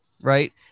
right